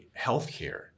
healthcare